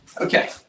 Okay